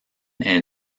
est